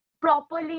properly